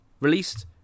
released